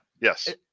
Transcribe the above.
yes